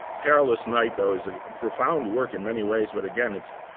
perilous night though, is a profound work in many ways. but again, it's,